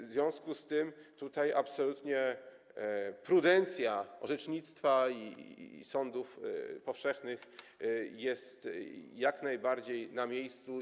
W związku z tym absolutnie prudencja orzecznictwa i sądów powszechnych jest jak najbardziej na miejscu.